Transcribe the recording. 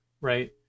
right